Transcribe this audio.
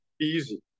easy